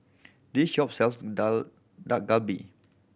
this shop sells Dak Dak Galbi